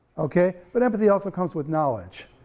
okay? but empathy also comes with knowledge,